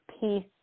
peace